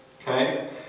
Okay